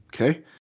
Okay